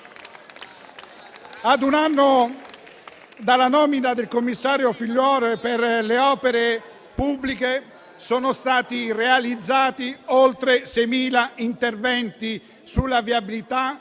Ad un anno dalla nomina del commissario Figliuolo per le opere pubbliche sono stati realizzati oltre 6.000 interventi sulla viabilità,